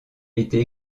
été